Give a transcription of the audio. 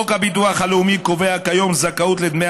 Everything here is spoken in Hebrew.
חוק הביטוח הלאומי קובע כיום זכאות לדמי